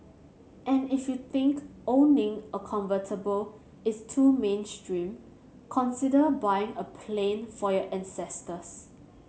and if you think owning a convertible is too mainstream consider buying a plane for your ancestors